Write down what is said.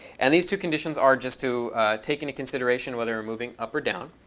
and these two conditions are just to take into consideration whether you're moving up or down.